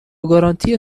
گارانتی